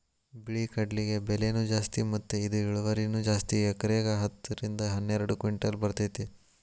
ಬಿಳಿ ಕಡ್ಲಿಗೆ ಬೆಲೆನೂ ಜಾಸ್ತಿ ಮತ್ತ ಇದ ಇಳುವರಿನೂ ಜಾಸ್ತಿ ಎಕರೆಕ ಹತ್ತ ರಿಂದ ಹನ್ನೆರಡು ಕಿಂಟಲ್ ಬರ್ತೈತಿ